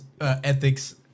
Ethics